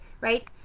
right